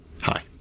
Hi